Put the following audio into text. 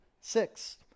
six